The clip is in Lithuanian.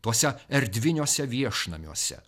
tuose erdviniuose viešnamiuose